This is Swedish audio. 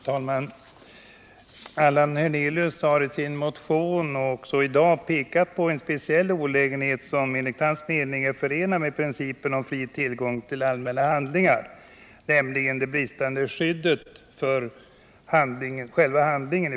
Herr talman! Allan Hernelius har i sin motion — och också i dag — pekat på en speciell olägenhet som enligt hans mening är förenad med principen om fri tillgång till allmänna handlingar, nämligen det bristande skyddet för själva handlingen.